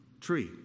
tree